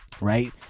Right